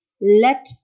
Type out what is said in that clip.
let